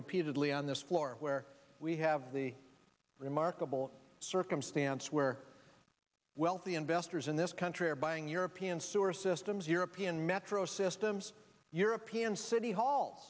repeatedly on this floor where we have the remarkable circumstance where wealthy investors in this country are buying european sewer systems european metro systems european city hall